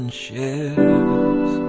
shares